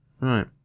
right